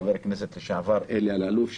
חבר הכנסת לשעבר אלי אלאלוף,